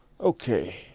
Okay